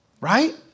Right